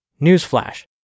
Newsflash